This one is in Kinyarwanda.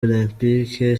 olempike